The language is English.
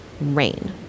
rain